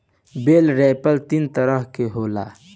बेल wrapper तीन तरह के होला